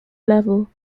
level